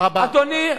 תודה רבה.